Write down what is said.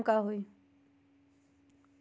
भैस के एक किलोग्राम दही के दाम का होई?